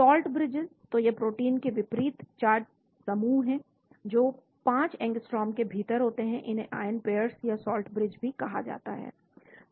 salt bridge तो ये protein के विपरीत चार्ज समूह हैं जो 5 एंगस्ट्रॉम के भीतर होते हैं इन्हें आयन पेयर्स या साल्ट ब्रिज भी कहा जाता है